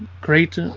great